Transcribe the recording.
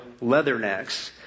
leathernecks